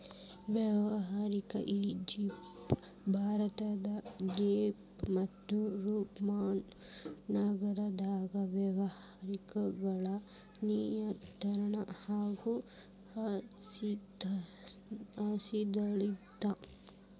ಆವಾಗ Egypt Bharat Greek ಮತ್ತು Roman ನಾಗರದಾಗ ವ್ಯವಹಾರಗಳ ನಿಯಂತ್ರಣ ಆಗ ಅಸ್ತಿತ್ವದಲ್ಲಿತ್ತ